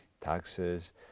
taxes